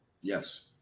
Yes